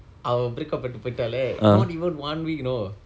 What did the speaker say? அவள்:aval break up பண்ணிட்டு போய்ட்டாளே:pannittu poittaalae not even one one week you know